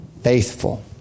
faithful